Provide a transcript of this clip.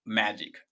magic